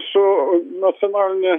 su nacionaline